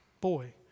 Boy